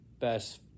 best